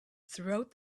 throughout